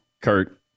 Kurt